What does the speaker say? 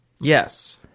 Yes